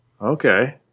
Okay